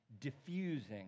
diffusing